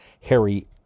Harry